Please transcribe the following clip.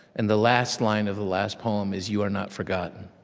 and the last line of the last poem is, you are not forgotten.